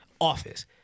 Office